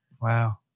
Wow